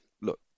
look